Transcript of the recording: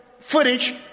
footage